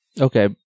Okay